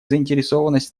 заинтересованность